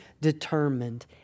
determined